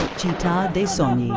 citta' dei sogni.